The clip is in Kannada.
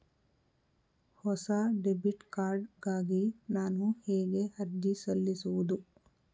ಹೊಸ ಡೆಬಿಟ್ ಕಾರ್ಡ್ ಗಾಗಿ ನಾನು ಹೇಗೆ ಅರ್ಜಿ ಸಲ್ಲಿಸುವುದು?